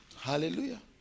Hallelujah